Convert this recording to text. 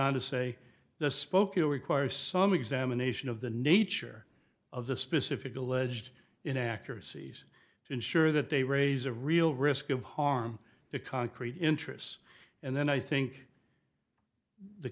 on to say the spokeo requires some examination of the nature of the specific alleged in accuracies to ensure that they raise a real risk of harm to concrete interests and then i think the